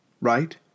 right